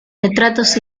retratos